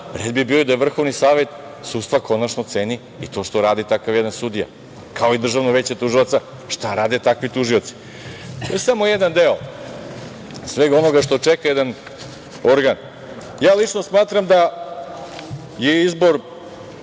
red bi bio da Vrhovni savet sudstva konačno ceni i to što radi takav jedan takav sudija, kao i Državno veće tužioca šta rade takvi tužioci. Još samo jedan deo svega onoga što čeka jedan organ. Lično, ja smatram da je izbor